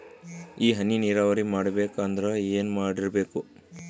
ಈ ಹನಿ ನೀರಾವರಿ ಮಾಡಬೇಕು ಅಂದ್ರ ಏನ್ ಮಾಡಿರಬೇಕು?